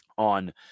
On